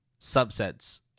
subsets